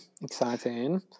exciting